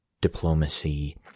diplomacy